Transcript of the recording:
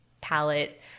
palette